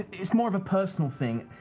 it's more of a personal thing.